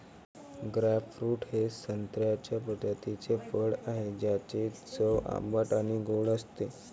grapefruit हे संत्र्याच्या प्रजातीचे फळ आहे, ज्याची चव आंबट आणि गोड असते